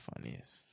funniest